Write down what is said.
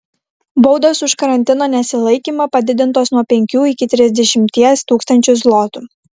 baudos už karantino nesilaikymą padidintos nuo penkių iki trisdešimties tūkstančių zlotų